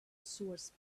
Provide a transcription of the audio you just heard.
source